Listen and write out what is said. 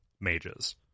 mages